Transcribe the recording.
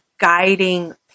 guiding